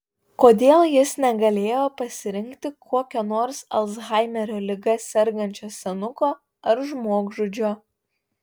kodėl jis negalėjo pasirinkti kokio nors alzhaimerio liga sergančio senuko ar žmogžudžio